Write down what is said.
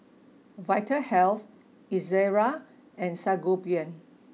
Vitahealth Ezerra and Sangobion